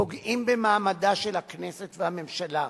פוגעים במעמדן של הכנסת והממשלה.